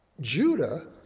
Judah